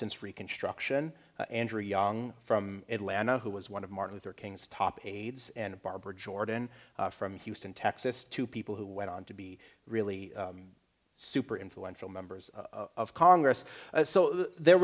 since reconstruction andrew young from atlanta who was one of martin luther king's top aides and barbara jordan from houston texas two people who went on to be really super influential members of congress so there